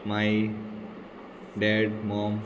माय dad मोम